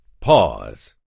pause